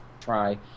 try